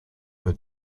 were